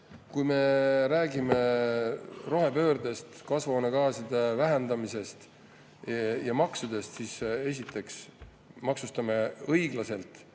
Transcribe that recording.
Kui me räägime rohepöördest, kasvuhoonegaaside vähendamisest ja maksudest, siis esiteks maksustame õiglaselt